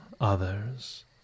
others